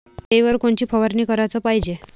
किड्याइवर कोनची फवारनी कराच पायजे?